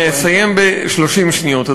אז אני אסיים ב-30 שניות,